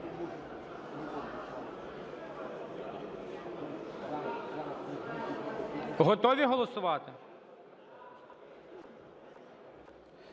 Готові голосувати?